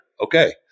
Okay